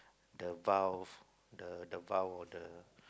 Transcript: the vow the the vow or the